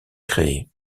créées